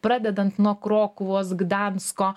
pradedant nuo krokuvos gdansko